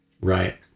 right